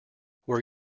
were